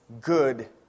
good